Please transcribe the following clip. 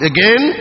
Again